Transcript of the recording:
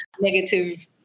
negative